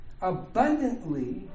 abundantly